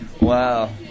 Wow